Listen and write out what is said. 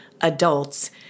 adults